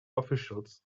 officials